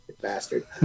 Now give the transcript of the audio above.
Bastard